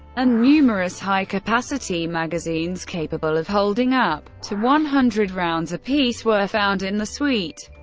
and numerous high-capacity magazines capable of holding up to one hundred rounds apiece were found in the suite.